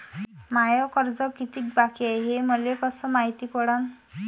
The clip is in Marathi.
माय कर्ज कितीक बाकी हाय, हे मले कस मायती पडन?